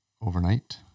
overnight